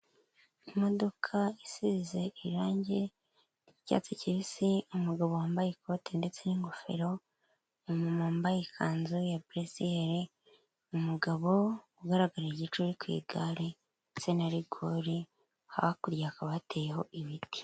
Imodoka isize irange ry'icyatsi kibisi, umugabo wambaye ikote ndetse n'ingofero, umumama wambaye ikanzu ya buresiyeri, umugabo ugaragara igice uri ku igare ndetse na rigori, hakurya hakaba hateyeho ibiti.